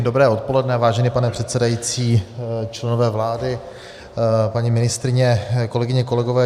Dobré odpoledne, vážený pane předsedající, členové vlády, paní ministryně, kolegyně, kolegové.